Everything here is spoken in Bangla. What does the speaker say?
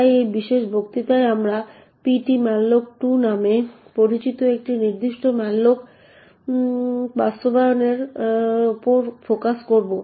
তাই এই বিশেষ বক্তৃতায় আমরা ptmalloc2 নামে পরিচিত একটি নির্দিষ্ট malloc বাস্তবায়নের উপর ফোকাস করব